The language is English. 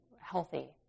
healthy